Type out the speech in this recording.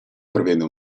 prevede